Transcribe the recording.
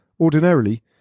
Ordinarily